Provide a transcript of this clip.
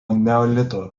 neolito